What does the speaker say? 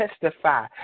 testify